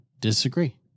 Disagree